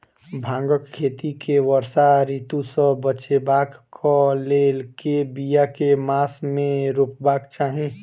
भांगक खेती केँ वर्षा ऋतु सऽ बचेबाक कऽ लेल, बिया केँ मास मे रोपबाक चाहि?